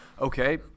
okay